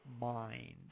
mind